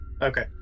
Okay